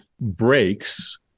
breaks